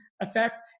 effect